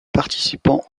participants